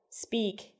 speak